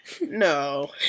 no